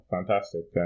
Fantastic